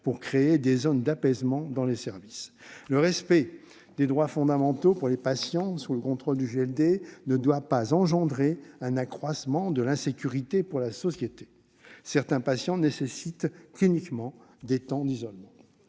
pour créer des zones d'apaisement dans les services. Le respect des droits fondamentaux des patients placés sous le contrôle du JLD ne doit pas engendrer un accroissement de l'insécurité pour la société. Certains patients ont besoin, cliniquement, de temps d'isolement.